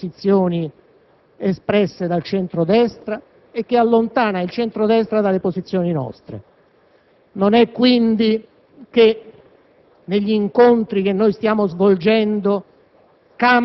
che ci allontana dalle posizioni espresse dal centro-destra e che allontana il centro-destra dalle nostre